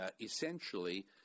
essentially